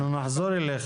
אנחנו נחזור אליך.